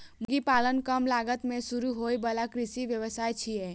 मुर्गी पालन कम लागत मे शुरू होइ बला कृषि व्यवसाय छियै